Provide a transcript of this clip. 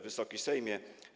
Wysoki Sejmie!